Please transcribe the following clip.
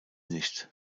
nicht